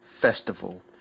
Festival